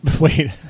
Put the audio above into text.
Wait